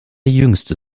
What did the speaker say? jüngste